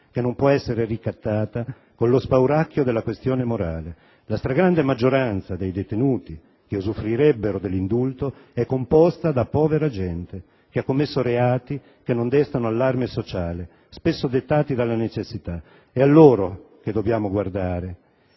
che non può essere ricattata con lo spauracchio della questione morale. La stragrande maggioranza dei detenuti che usufruirebbero dell'indulto è composta da povera gente, che ha commesso reati che non destano allarme sociale, spesso dettati dalla necessità. È a loro che dobbiamo guardare.